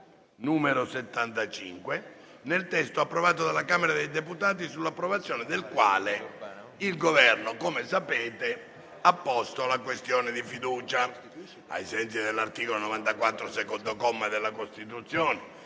n. 75, nel testo approvato dalla Camera dei deputati, sull'approvazione del quale il Governo ha posto la questione di fiducia. Ricordo che ai sensi dell'articolo 94, secondo comma, della Costituzione